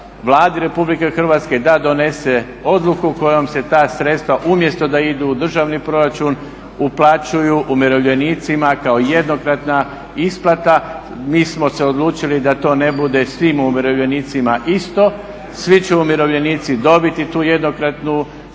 Vladi RH da donese odluku kojom se ta sredstva umjesto da idu u državni proračun uplaćuju umirovljenicima kao jednokratna isplata. Mi smo se odlučili da to ne bude svim umirovljenicima isto. Svi će umirovljenici dobiti tu jednokratnu isplatu